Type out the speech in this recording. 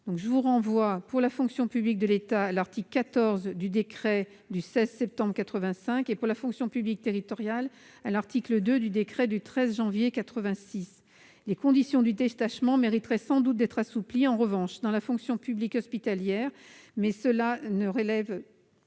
Je vous renvoie, pour la fonction publique de l'État, à l'article 14 du décret du 16 septembre 1985 et, pour la fonction publique territoriale, à l'article 2 du décret du 13 janvier 1986. Les conditions du détachement mériteraient sans doute d'être assouplies dans la fonction publique hospitalière, mais cela relève